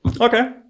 Okay